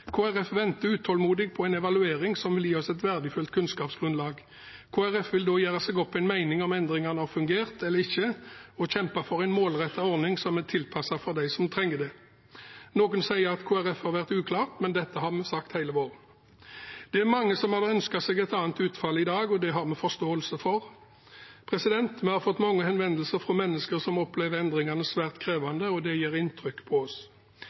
venter utålmodig på en evaluering som vil gi oss et verdifullt kunnskapsgrunnlag. Kristelig Folkeparti vil da gjøre seg opp en mening om endringene har fungert eller ikke, og kjempe for en målrettet ordning som er tilpasset dem som trenger det. Noen sier at Kristelig Folkeparti har vært uklare, men dette har vi sagt hele våren. Det er mange som hadde ønsket seg et annet utfall i dag, og det har vi forståelse for. Vi har fått mange henvendelser fra mennesker som opplever endringene som svært krevende, og det gjør inntrykk på oss.